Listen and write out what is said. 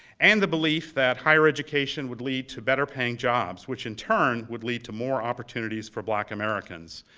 and the belief that higher education would lead to better paying jobs which, in turn, would lead to more opportunities for black americans.